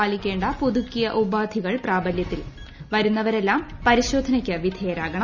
പാലിക്കേണ്ട പുതുക്കിയ ഉപാധികൾ പ്രാബല്യത്തിൽ വരുന്നവരെല്ലാം പരിശോധനയ്ക്ക് ്വിധേയരാകണം